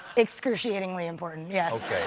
excruciatingly important, yes.